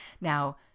Now